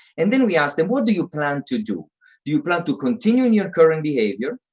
and then we asked them what do you plan to do? do you plan to continue in your current behavior?